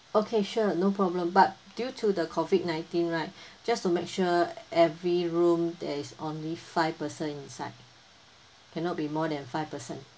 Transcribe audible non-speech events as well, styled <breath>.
okay sure no problem but due to the COVID nineteen right <breath> just to make sure every room there is only five person inside cannot be more than five person